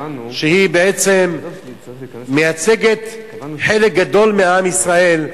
שבעצם מייצגת חלק גדול מעם ישראל,